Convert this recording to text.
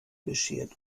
beschert